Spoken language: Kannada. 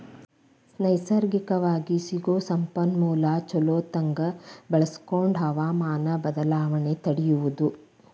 ನೈಸರ್ಗಿಕವಾಗಿ ಸಿಗು ಸಂಪನ್ಮೂಲಾನ ಚುಲೊತಂಗ ಬಳಸಕೊಂಡ ಹವಮಾನ ಬದಲಾವಣೆ ತಡಿಯುದು